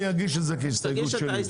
אני אגיש את זה כהסתייגות שלי.